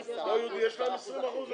מצוין, אז ניתן לתל אביב מעל חצי מיליון.